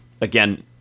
Again